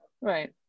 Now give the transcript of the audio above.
right